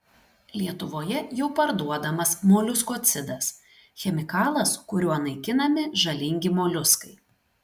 lietuvoje jau parduodamas moliuskocidas chemikalas kuriuo naikinami žalingi moliuskai